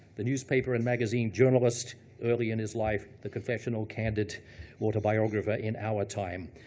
the newspaper and magazine journalist early in his life, the confessional, candid autobiographer in our time.